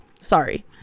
Sorry